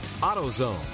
AutoZone